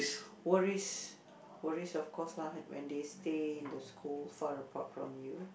worries worries of course lah when they stay in the school far apart from you